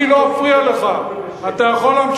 אני לא אפריע לך, אפילו אתה מדבר פה בשקט.